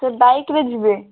ବାଇକ୍ରେ ଯିବେ